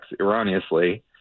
erroneously